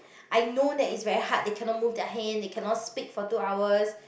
I know that is very hard they cannot move their hand they cannot speak for two hours